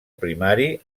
primari